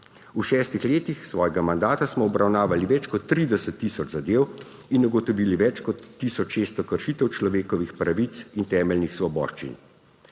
V šestih letih mojega mandata smo obravnavali več kot 30 tisoč zadev in ugotovili več kot tisoč 600 kršitev človekovih pravic in temeljnih svoboščin.